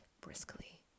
briskly